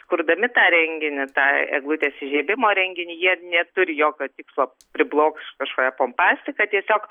kurdami tą renginį tą eglutės įžiebimo renginį jie neturi jokio tikslo priblokšt kažkokia pompastika tiesiog